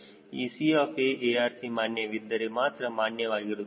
ಈ C of A ARC ಮಾನ್ಯವಿದ್ದರೆ ಮಾತ್ರ ಮಾನ್ಯವಾಗಿರುತ್ತದೆ